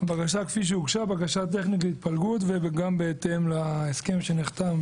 בקשה טכנית להתפלגות וגם בהתאם להסכם שנחתם